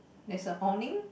there's a awning